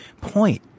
point